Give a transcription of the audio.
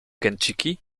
kentucky